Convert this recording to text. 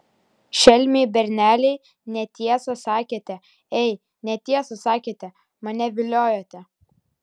šelmiai berneliai netiesą sakėte ei netiesą sakėte mane viliojote